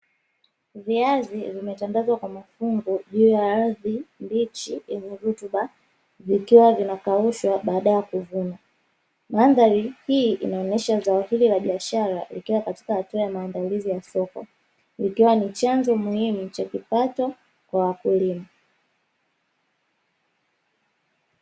Viazi vimetandazwa kwa mafungu juu ya ardhi mbichi yenye rutuba vikiwa vinakaushwa baada ya kuvunwa, mandhari hii inaonesha zao hili la biashara likiwa katika hatua ya maandalizi ya soko, ikiwa ni chanzo cha muhimu cha kipato kwa wakulima.